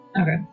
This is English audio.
Okay